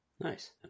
Nice